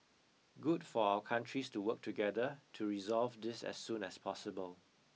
good for our countries to work together to resolve this as soon as possible